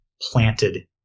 planted